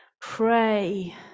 pray